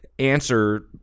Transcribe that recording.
Answer